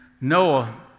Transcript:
Noah